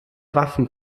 waffen